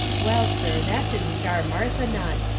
well, sir, that didn't jar martha none.